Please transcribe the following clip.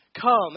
Come